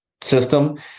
system